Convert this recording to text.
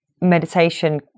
meditation